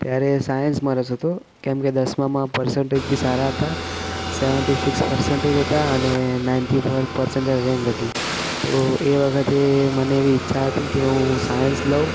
ત્યારે સાયન્સમાં રસ હતો કેમકે દસમામાં પર્સનટેજ બી સારા હતા સેવન્ટી સિક્સ પરસેન્ટેજ હતા અને નાઇન્ટી ફોર પરસેન્ટાઈલ રેન્ક હતી તો એ વખતે મને એવી ઈચ્છા હતી કે હું સાયન્સ લઉં